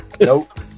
Nope